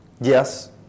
Yes